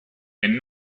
and